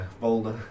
boulder